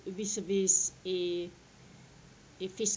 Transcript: vis a vis a phy~